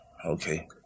Okay